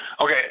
Okay